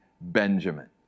Benjamin